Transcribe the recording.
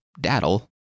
daddle